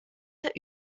der